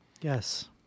Yes